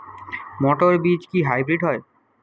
মটর বীজ কি হাইব্রিড হয়?